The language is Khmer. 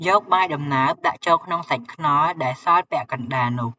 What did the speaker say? យកបាយដំណើបដាក់ចូលក្នុងសាច់ខ្នុរដែលសស់ពាក់កណ្ដាលនោះ ។